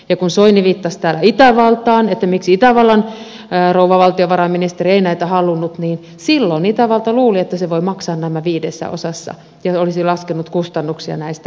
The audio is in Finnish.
ja kun soini viittasi täällä itävaltaan miksi itävallan rouva valtiovarainministeri ei näitä halunnut niin silloin itävalta luuli että se voi maksaa nämä viidessä osassa ja se olisi laskenut kustannuksia näistä